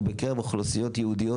ובקרב אוכלוסיות ייעודיות,